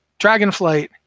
Dragonflight